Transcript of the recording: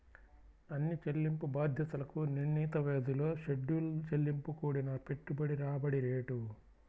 అన్ని చెల్లింపు బాధ్యతలకు నిర్ణీత వ్యవధిలో షెడ్యూల్ చెల్లింపు కూడిన పెట్టుబడి రాబడి రేటు